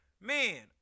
man